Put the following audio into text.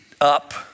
up